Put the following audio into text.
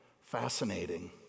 fascinating—